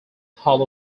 hall